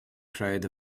crowd